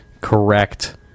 correct